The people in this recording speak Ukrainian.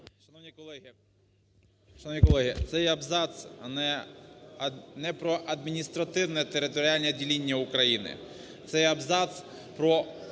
Шановні колеги, цей абзац не про адміністративне територіальне ділення України, цей абзац про